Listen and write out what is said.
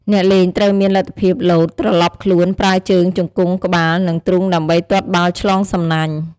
អ្នកលេងត្រូវមានលទ្ធភាពលោត ត្រឡប់ខ្លួន ប្រើជើង ជង្គង់ ក្បាល និងទ្រូងដើម្បីទាត់បាល់ឆ្លងសំណាញ់។